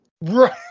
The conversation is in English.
Right